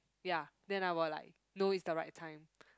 ya then I will like know it's the right time